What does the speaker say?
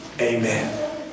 Amen